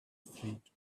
street